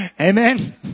Amen